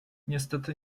niestety